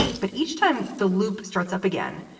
but each time the loop starts up again,